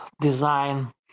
design